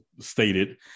stated